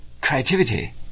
creativity